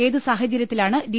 ഏത് സാഹചര്യത്തിലാണ് ഡി